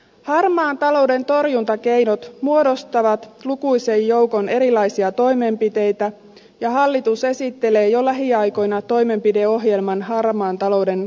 harmaan talouden torjuntakeinot muodostavat lukuisan joukon erilaisia toimenpiteitä ja hallitus esittelee jo lähiaikoina toimenpideohjelman harmaan talouden kitkemiseksi